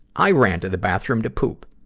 i rant to the bathroom to poop.